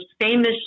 famous